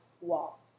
wall